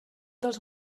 dels